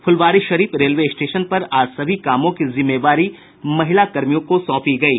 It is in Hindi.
फुलवारीशरीफ रेलवे स्टेशन पर आज सभी कामों की जिम्मेवारी महिला कर्मियों को सौंपी गयी